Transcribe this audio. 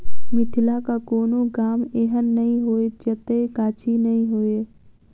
मिथिलाक कोनो गाम एहन नै होयत जतय गाछी नै हुए